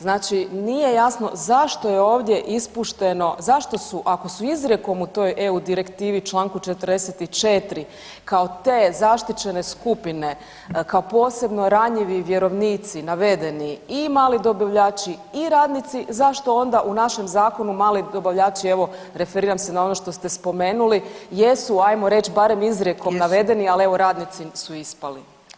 Znači nije jasno zašto je ovdje ispušteno, zašto su ako su izrjekom u toj eu direktivi u čl. 44. kao te zaštićene skupine kao posebno ranjivi vjerovnici navedeni i mali dobavljači i radnici zašto onda u našem zakonu mali dobavljači, evo referiram se na ono što ste spomenuli jesu ajmo reć barem izrijekom navedeni, al evo radnici su ispali.